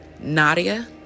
Nadia